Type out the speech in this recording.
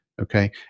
okay